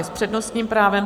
S přednostním právem.